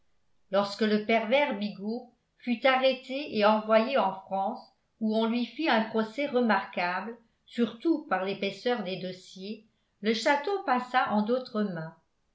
lorsque le pervers bigot fut arrêté et envoyé en france où on lui fit un procès remarquable surtout par l'épaisseur des dossiers le château passa en d'autres mains